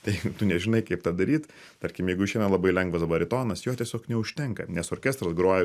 tai tu nežinai kaip tą daryt tarkim jeigu išeina labai lengvas baritonas jo tiesiog neužtenka nes orkestras groja